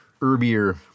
herbier